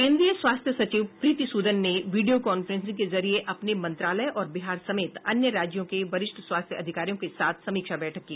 केन्द्रीय स्वास्थ्य सचिव प्रीति सूदन ने वीडियो कांफ्रेंसिंग के जरिए अपने मंत्रालय और बिहार समेत अन्य राज्यों के वरिष्ठ स्वास्थ्य अधिकारियों के साथ समीक्षा बैठक की